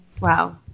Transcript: wow